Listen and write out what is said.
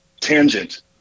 Tangent